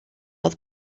oedd